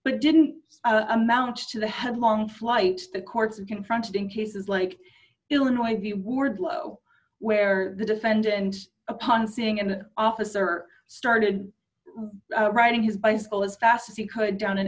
but didn't amount to the headlong flight the course is confronted in cases like illinois the wardlow where the defendant upon seeing an officer started riding his bicycle as fast as he could down an